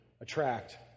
attract